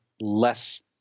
less